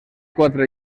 quatre